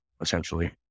essentially